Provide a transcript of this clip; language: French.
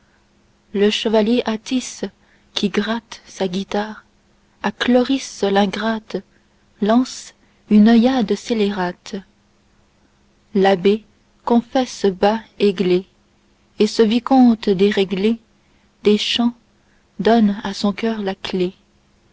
le chevalier atys qui gratte sa guitare à chloris l'ingrate lance une oeillade scélérate l'abbé confesse bas églé et ce vicomte déréglé des champs donne à son coeur la clé